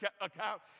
account